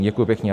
Děkuji pěkně.